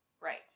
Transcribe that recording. Right